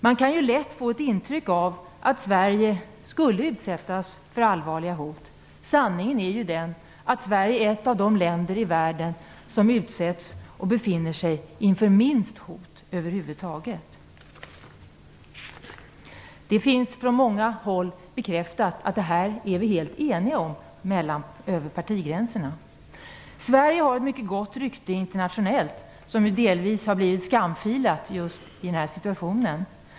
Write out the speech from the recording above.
Man kan lätt få ett intryck av att Sverige skulle utsättas för allvarliga hot. Sanningen är den att Sverige är ett av de länder i världen som är minst utsatta för hot. Det bekräftas från flera håll att vi är helt eniga om det över partigränserna. Sverige har ett mycket gott rykte internationellt, som delvis har blivit skamfilat just i den här situationen.